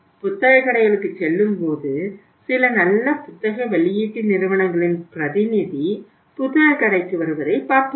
புத்தகக் கடைகளுக்குச் செல்லும் போது சில நல்ல புத்தக வெளியீட்டு நிறுவனங்களின் பிரதிநிதி புத்தகக் கடைக்கு வருவதைப் பார்த்துள்ளோம்